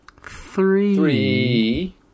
three